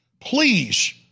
Please